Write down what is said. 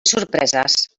sorpreses